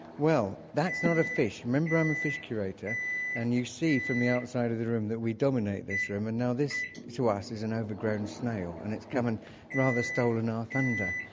well, that's not a fish. remember i'm a fish curator and you see from the outside of the room that we dominate this room. and now this to us is an overgrown snail and it's come and rather stolen our thunder.